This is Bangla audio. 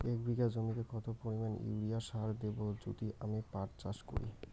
এক বিঘা জমিতে কত পরিমান ইউরিয়া সার দেব যদি আমি পাট চাষ করি?